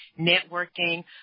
networking